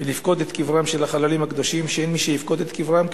ולפקוד את קברם של החללים הקדושים שאין מי שיפקוד את קברם,